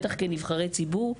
בטח כנבחרי ציבור,